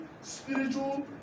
spiritual